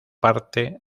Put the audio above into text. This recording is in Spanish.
parte